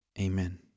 Amen